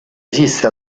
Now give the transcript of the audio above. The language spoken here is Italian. esiste